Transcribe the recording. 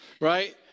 Right